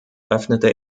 öffnete